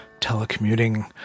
telecommuting